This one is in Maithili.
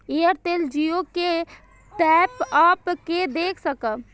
एयरटेल जियो के टॉप अप के देख सकब?